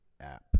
app